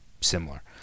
similar